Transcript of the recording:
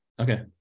Okay